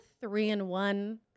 three-and-one